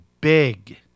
big